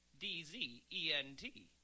D-Z-E-N-T